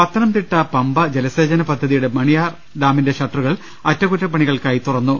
പത്തനംതിട്ട പമ്പ ജലസേചന പദ്ധതിയുടെ മണിയാർ ഡാമിന്റെ ഷട്ട റുകൾ അറ്റകുറ്റപ്പണികൾക്കായി തുറന്നു